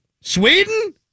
Sweden